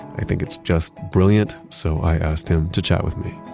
i think it's just brilliant, so i asked him to chat with me